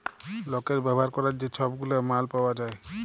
লকের ব্যাভার ক্যরার যে ছব গুলা মাল পাউয়া যায়